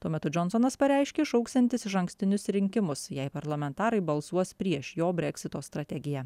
tuo metu džonsonas pareiškė šauksiantis išankstinius rinkimus jei parlamentarai balsuos prieš jo breksito strategiją